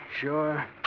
Sure